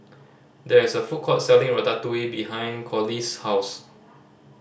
there is a food court selling Ratatouille behind Corliss' house